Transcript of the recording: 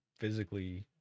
Physically